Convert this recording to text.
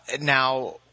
Now